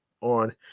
on